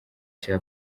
cya